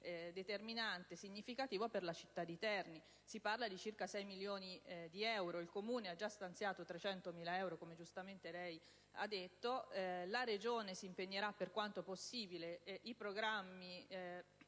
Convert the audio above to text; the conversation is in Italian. determinante e significativo per la città di Terni. Si parla di circa sei milioni di euro, il Comune ha già stanziato 300.000 euro, come giustamente lei ha detto, la Regione si impegnerà per quanto possibile, i programmi